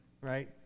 right